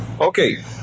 Okay